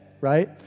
right